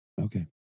Okay